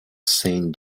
saint